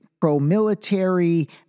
pro-military